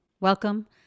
Welcome